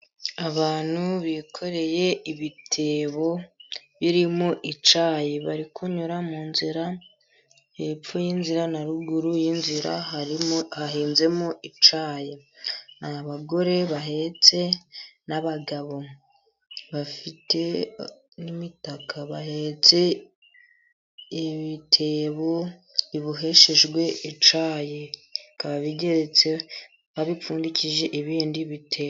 Abantu bikoreye ibitebo birimo icyayi, bari kunyura mu nzira . Hepfo y'inzira na ruguru y'inzira harimo ,hahinzemo icyayi . N'abagore bahetse n'abagabo bafite n'imitaka bahetse ibitebo biboheshejwe icyayi bakaba babipfundikije ibindi bitebo.